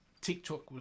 TikTok